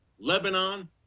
Lebanon